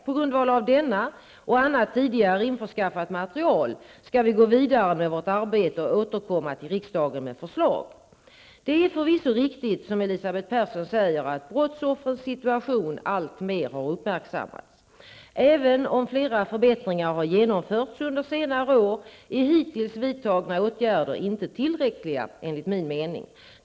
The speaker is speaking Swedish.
På grundval av denna, och annat tidigare införskaffat material, skall vi gå vidare med vårt arbete och återkomma till riksdagen med förslag. Det är förvisso riktigt, som Elisabeth Persson säger, att brottsoffrens situation alltmer har uppmärksammats. Även om flera förbättringar har genomförts under senare år, är hittills vidtagna åtgärder inte tillräckliga enligt min mening.